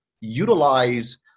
Utilize